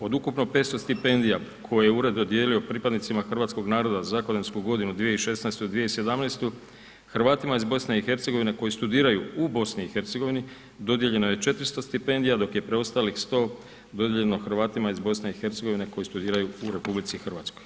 Od ukupno 500 stipendija koje je ured dodijelio pripadnicima hrvatskog naroda za akademsku godinu 2016./2017., Hrvatima iz BiH-a koji studiraju u BiH-u, dodijeljeno je 400 stipendija dok je preostalih 100 dodijeljeno iz BiH-a koji studiraju u RH.